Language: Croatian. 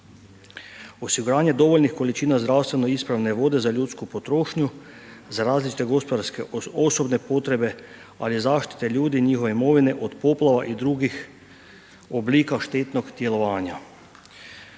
Osiguranje dovoljnih količina zdravstveno ispravne vode za ljudsku potrošnju, za različite gospodarske osobe potrebe ali i zaštite ljudi, njihove imovine od poplava i drugih oblika štetnog djelovanja.